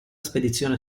spedizione